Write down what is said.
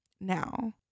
Now